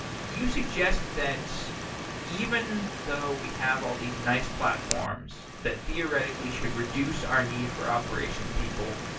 you suggest that even though we have all these nice platforms that theoretically should reduce our need for operations people,